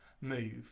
move